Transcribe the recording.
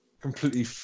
completely